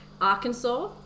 Arkansas